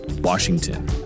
Washington